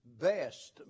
best